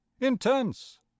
intense